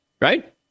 Right